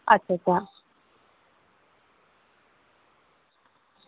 अच्छा अच्छा